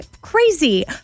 crazy